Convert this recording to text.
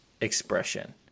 expression